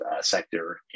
sector